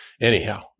Anyhow